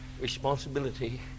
responsibility